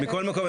מכל מקום,